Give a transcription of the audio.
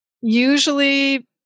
usually